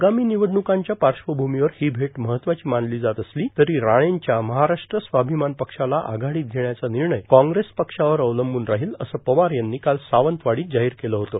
आगामी भिनवडण्कांच्या पाश्वभूमीवर हो भेट महत्वाची मानलो जात असलो तरी राणच्या महाराष्ट्र स्वार्थभमान पक्षाला आघाडीत घेण्याचा र्भिनणय काँग्रेस पक्षावर अवलंबून राहोल असं पवार यांनी काल सावंतवाडीत जाहोर केलं होतं